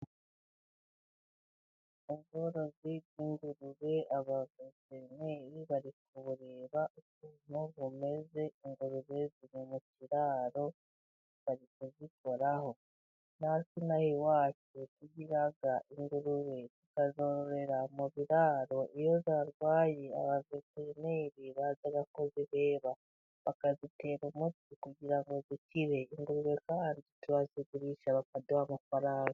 Uworozi bw'ingurube, abaveterineri bari kubureba ukuntu bumeze. Ingurube ziri mu kiraro bari kuzikoraho. Natwe ino aha iwacu tugira ingurube tukazororera mu biraro. Iyo zarwaye, abaveterineri baza kuzireba bakazitera umuti kugira ngo zikire. ingurube kandi turazigurisha bakaduha amafaranga.